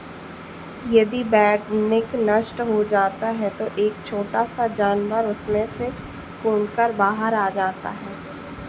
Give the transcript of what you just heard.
यदि बैडनिक नष्ट हो जाता है तो एक छोटा सा जानवर उसमें से कूद कर बाहर आ जाता है